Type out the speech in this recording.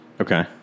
Okay